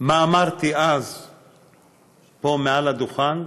מה אמרתי אז פה, מעל הדוכן,